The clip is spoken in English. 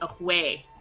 away